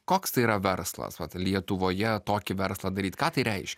koks tai yra verslas vat lietuvoje tokį verslą daryt ką tai reiškia